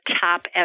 top